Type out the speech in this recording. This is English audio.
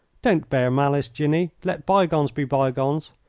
don't bear malice, jinny. let by-gones be by-gones.